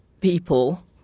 people